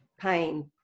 pain